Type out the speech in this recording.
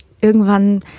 irgendwann